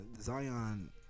Zion